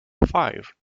five